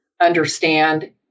understand